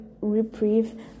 reprieve